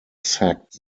sacked